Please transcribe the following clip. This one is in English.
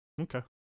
Okay